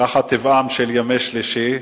כך טבעם של ימי שלישי.